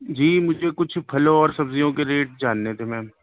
جی مجھے کچھ پھلوں اور سبزیوں کے ریٹ جاننے تھے میم